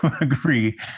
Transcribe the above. agree